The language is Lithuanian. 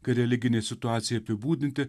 kai religinei situacijai apibūdinti